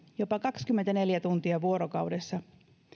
jopa kaksikymmentäneljä tuntia vuorokaudessa